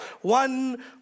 one